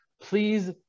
please